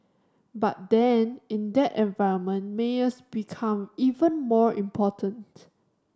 but then in that environment mayors become even more important